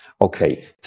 Okay